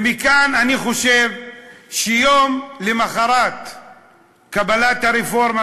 ומכאן אני חושב שיום למחרת קבלת הרפורמה